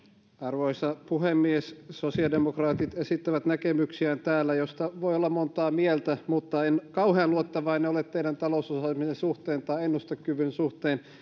arvoisa puhemies sosiaalidemokraatit esittävät täällä näkemyksiään joista voi olla montaa mieltä mutta en kauhean luottavainen ole teidän talousosaamisenne suhteen tai ennustekykynne suhteen